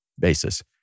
basis